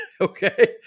Okay